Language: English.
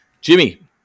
jimmy